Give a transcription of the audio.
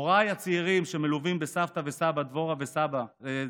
הוריי הצעירים, מלווים בסבתא וסבא דבורה ומשה,